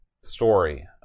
story